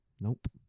Nope